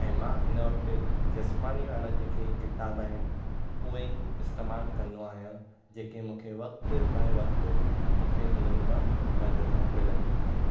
ऐं मां हिन वक़्तु जसमानीअ वारा जेके किताब आहिनि उहे इस्तेमालु कंदो आहियां जेके मूंखे वक़्तु बाय वक़्तु मूंखे उन्हनि मां मदद मिलंदी आहे